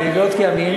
לילות כימים.